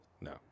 No